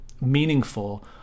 meaningful